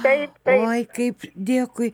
taip taip oi kaip dėku